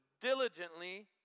diligently